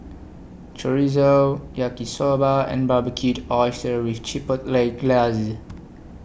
Chorizo Yaki Soba and Barbecued Oysters with Chipotle Glaze